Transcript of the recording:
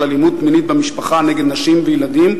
אלימות מינית במשפחה נגד נשים וילדים,